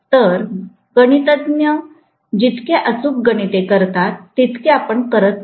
तर गणितज्ञ जितके अचूक गणिते करतात तितके आपण करत नाही